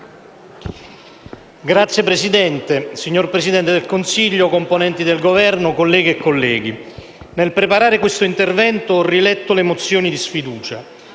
Signor Presidente, signor Presidente del Consiglio, componenti del Governo, colleghe e colleghi, nel preparare il mio intervento ho riletto le mozioni di sfiducia;